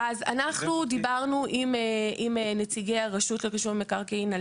אז אנחנו דיברנו עם נציגי הרשות לרישום המקרקעין על